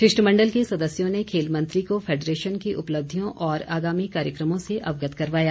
शिष्टमंडल के सदस्यों ने खेल मंत्री को फैडरेशन की उपलब्धियों और आगामी कार्यक्रमों से अवगत करवाया